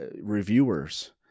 reviewers